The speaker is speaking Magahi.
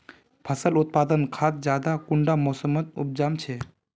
फसल उत्पादन खाद ज्यादा कुंडा मोसमोत उपजाम छै?